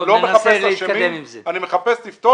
אני מחפש לפתור